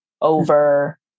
over